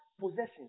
possessions